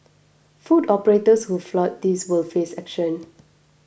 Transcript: food operators who flout this will face action